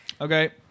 Okay